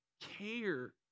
care